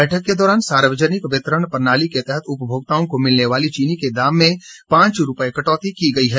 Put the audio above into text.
बैठक के दौरान सार्वजनिक वितरण प्रणाली के तहत उपभोक्ताओं को मिलने वाली चीनी के दाम में पांच रूपए कटौती की गई है